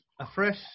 afresh